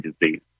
disease